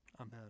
Amen